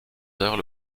heures